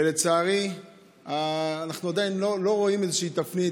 ולצערי אנחנו עדיין לא רואים איזושהי תפנית.